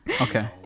okay